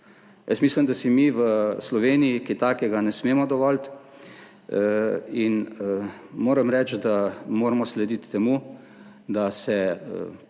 Jaz mislim, da si mi v Sloveniji kaj takega ne smemo dovoliti in moram reči, da moramo slediti temu, da se potrebni